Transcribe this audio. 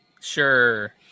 sure